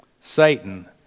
Satan